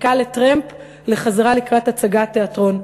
וחיכה לטרמפ לחזרה לקראת הצגת תיאטרון.